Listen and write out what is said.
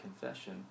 confession